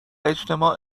اجتماع